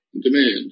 demand